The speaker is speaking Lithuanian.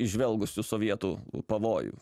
įžvelgusių sovietų pavojų